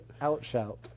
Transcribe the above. Out-shout